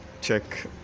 check